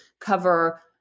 cover